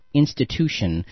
institution